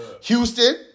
Houston